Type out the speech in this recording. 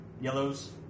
yellows